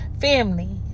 Family